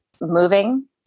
moving